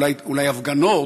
אולי הפגנות,